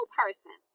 person